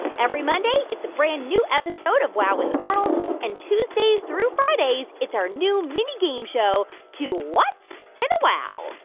every monday, it's a brand new episode of wow in the world. and tuesdays through fridays, it's our new mini game show, two whats! and a wow!